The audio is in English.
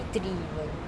maybe three even